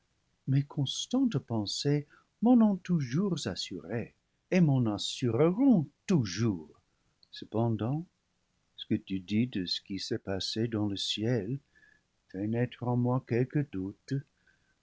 mes constantes pensées m'en ont toujours assuré et m'en assure ront toujours cependant ce que tu dis de ce qui s'est passé dans le ciel fait naître en moi quelque doute